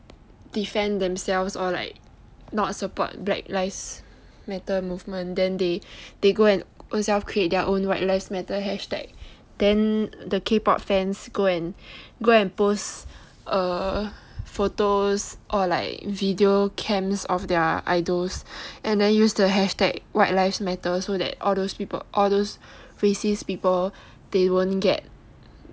defend themselves or like not support black lives matter movement then they they go and ownself create their own white lives matter hashtag then the kpop fans go and go and post err photos or like video cams of their idols then use the hashtag white lives matter so that all those people all those racist people they won't get